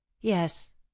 Yes